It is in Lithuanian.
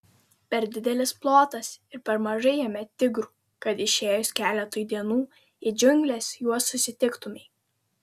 per didelis plotas ir per mažai jame tigrų kad išėjus keletui dienų į džiungles juos susitiktumei